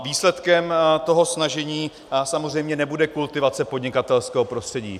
Výsledkem toho snažení samozřejmě nebude kultivace podnikatelského prostředí.